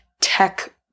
tech